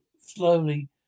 slowly